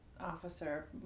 Officer